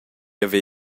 haver